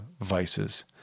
vices